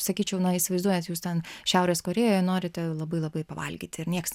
sakyčiau na įsivaizduojat jūs ten šiaurės korėjoj norite labai labai pavalgyti ir nieks